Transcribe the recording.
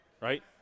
right